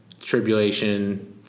tribulation